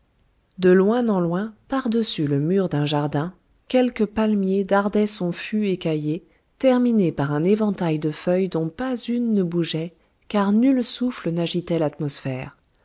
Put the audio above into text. de loin en loin par-dessus le mur d'un jardin quelque palmier dardait son fût écaillé terminé par un éventail de feuilles dont pas une ne bougeait car nul souffle n'agitait l'atmosphère